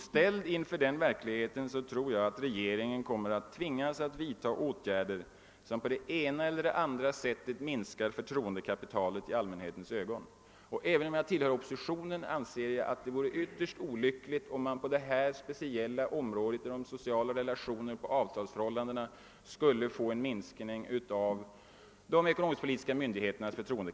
Ställd inför denna verklighet kommer regeringen troligen att tvingas vidta åtgärder, som på det ena eller andra viset minskar dess förtroendekapital hos allmänheten. Även om jag tillhör oppositionen anser jag att det vore ytterst olyckligt, om de ekonomisk-politiska myndigheternas förtroendekapital skulle minska i de sociala relationerna på avtalsområdet.